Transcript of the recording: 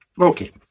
Okay